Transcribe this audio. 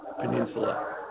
peninsula